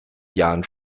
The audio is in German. jahren